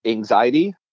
Anxiety